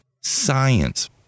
Science